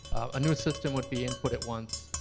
a new system would be input it once,